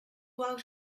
out